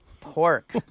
pork